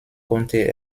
konnte